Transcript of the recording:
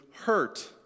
hurt